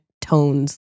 tones